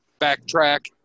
backtrack